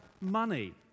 money